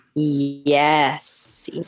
Yes